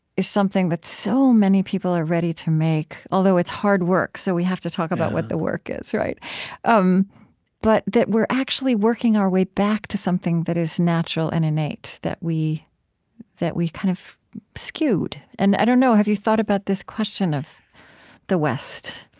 is something that so many people are ready to make although it's hard work, so we have to talk about what the work is um but that we're actually working our way back to something that is natural and innate that we that we kind of skewed. and i don't know. have you thought about this question of the west?